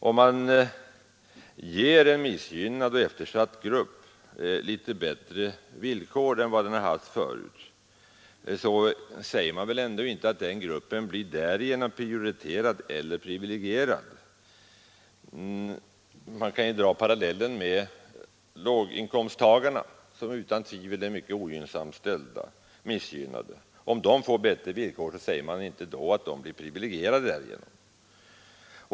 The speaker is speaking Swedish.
Om man ger en missgynnad och eftersatt grupp litet bättre villkor än vad den har haft förut, så säger man väl inte att den gruppen därigenom blir privilegierad. Vi kan dra parallellen med låginkomsttagarna som utan tvivel är mycket ogynnsamt ställda. Om de får bättre villkor så säger man väl inte att de därigenom blir privilegierade.